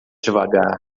devagar